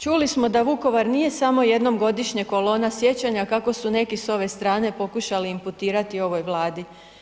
Čuli smo da Vukovar nije samo jednom godišnje kolona sjećanja kako su neki s ove strane pokušali imputirati ovoj Vladi.